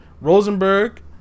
Rosenberg